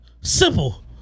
Simple